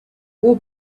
war